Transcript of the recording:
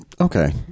Okay